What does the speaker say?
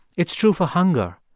it's true for hunger,